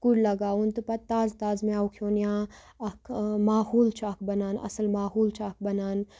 کُل لَگاوُن تہٕ پَتہٕ تازٕ تازٕ مٮ۪وٕ کھٮ۪ون یا اکھ ماحول چھُ اکھ بَنان اَصٕل ماحول چھُ اکھ بَنان